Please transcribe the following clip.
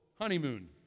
honeymoon